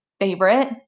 favorite